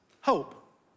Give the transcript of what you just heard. hope